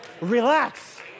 Relax